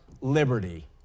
liberty